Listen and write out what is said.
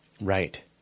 Right